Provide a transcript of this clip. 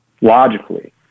logically